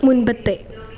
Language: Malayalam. മുൻപത്തെ